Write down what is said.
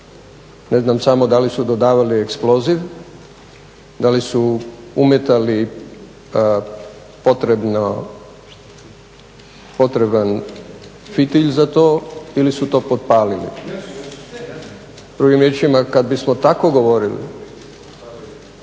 Ne znam samo da li su dodavali eksploziv, da li su umetali potrebno, potreban fitilj za to ili su to potpalili. Drugim riječima kad bi smo tako govorili,